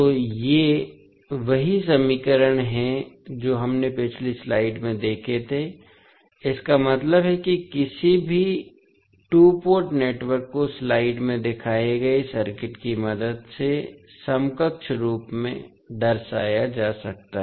तो ये वही समीकरण हैं जो हमने पिछली स्लाइड में देखे थे इसका मतलब है कि किसी भी टू पोर्ट नेटवर्क को स्लाइड में दिखाए गए सर्किट की मदद से समकक्ष रूप से दर्शाया जा सकता है